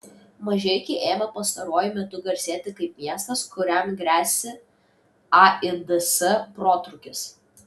mažeikiai ėmė pastaruoju metu garsėti kaip miestas kuriam gresia aids protrūkis